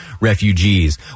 refugees